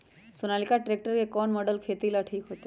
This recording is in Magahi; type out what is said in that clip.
सोनालिका ट्रेक्टर के कौन मॉडल खेती ला ठीक होतै?